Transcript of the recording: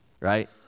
right